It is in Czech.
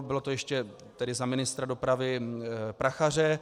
Bylo to ještě za ministra dopravy Prachaře.